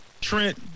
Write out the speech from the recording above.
Trent